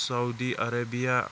Saudi Arabia